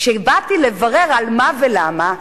כשבאתי לברר על מה ולמה,